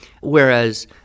whereas